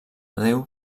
déu